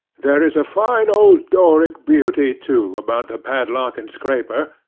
there is a fine old doric beauty, too, about the padlock and scraper,